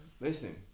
Listen